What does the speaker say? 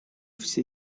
все